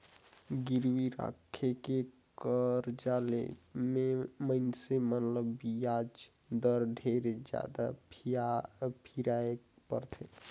गिरवी राखके करजा ले मे मइनसे मन ल बियाज दर ढेरे जादा फिराय परथे